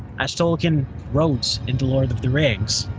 as tolkien wrote in the lord of the rings,